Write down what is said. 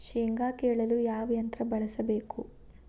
ಶೇಂಗಾ ಕೇಳಲು ಯಾವ ಯಂತ್ರ ಬಳಸಬೇಕು?